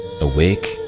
awake